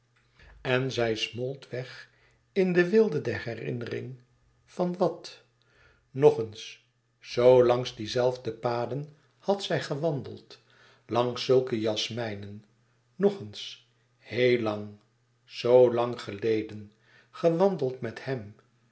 en zij smolt weg in de weelde der herinnering van wat nog ééns zoo langs die zelfde paden had zij gewandeld langs zulke jasmijnen nog eens heel lang zoo lang geleden gewandeld met hem